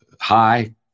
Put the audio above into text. Hi